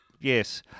Yes